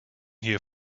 here